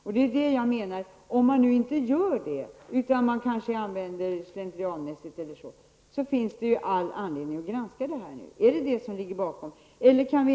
Men om man nu har intrycket att så inte sker, utan att dessa frågor handläggs mer slentrianmässigt, finns det all anledning att ta reda på om det är detta som ligger bakom.